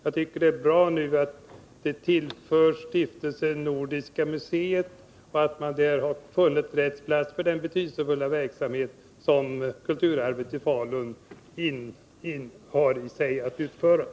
Jag tycker det är bra att Kulturarvet tillförs Stiftelsen Nordiska museet; därmed har man funnit rätt plats för den betydelsefulla verksamhet som Kulturarvet i Falun har att bedriva.